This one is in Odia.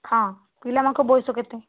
ହଁ ପିଲାମାନଙ୍କ ବୟସ କେତେ